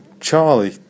Charlie